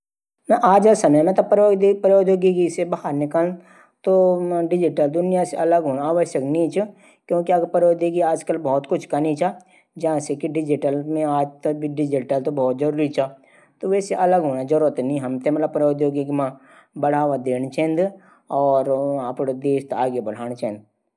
बेहतर दवाओं से लोगों जीवन मा कुछ अछू कुछ बुरू प्रभाव प्वाडी लूखू जीवन मा वृद्धि से बुंढ्यां लुखूं देखभाल आवश्यकता बढी चा। और बुरू इनी चा कि बिमारी आजकल बहुत ज्यादा हवेगेनी।